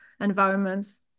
environments